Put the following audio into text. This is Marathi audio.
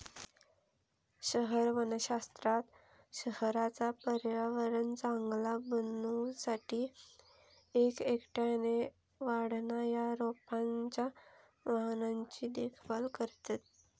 शहर वनशास्त्रात शहराचा पर्यावरण चांगला बनवू साठी एक एकट्याने वाढणा या रोपांच्या वाहनांची देखभाल करतत